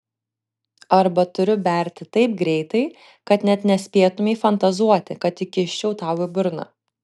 arba turiu berti taip greitai kad net nespėtumei fantazuoti kad įkiščiau tau į burną